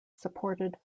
supported